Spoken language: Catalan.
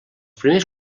primers